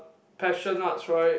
PassionArts right